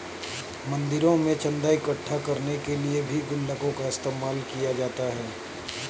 मंदिरों में चन्दा इकट्ठा करने के लिए भी गुल्लकों का इस्तेमाल किया जाता है